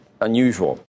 unusual